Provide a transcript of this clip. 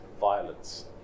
violence